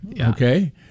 okay